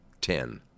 ten